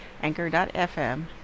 anchor.fm